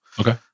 okay